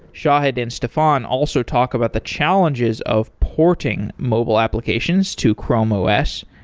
shahid and stefan also talk about the challenges of porting mobile applications to chrome os.